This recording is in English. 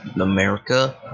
America